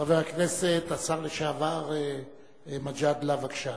חבר הכנסת השר לשעבר מג'אדלה, בבקשה.